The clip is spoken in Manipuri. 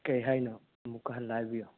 ꯀꯩ ꯍꯥꯏꯅꯣ ꯑꯃꯨꯛꯀ ꯍꯥꯟꯅ ꯍꯥꯏꯕꯤꯌꯣ